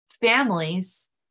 families